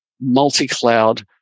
multi-cloud